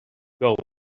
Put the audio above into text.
gold